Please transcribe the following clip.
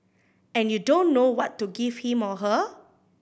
and you don't know what to give him or her